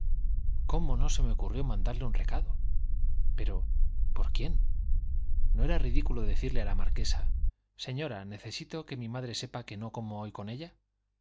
cómo no se me ocurrió mandarle un recado pero por quién no era ridículo decirle a la marquesa señora necesito que mi madre sepa que no como hoy con ella